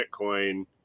Bitcoin